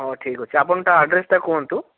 ହଉ ଠିକ୍ ଅଛି ଆପଣ ତା ଆଡ଼୍ରେସ୍ଟା କୁହନ୍ତୁ